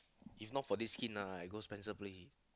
if not for this skin lah I go Spencer place already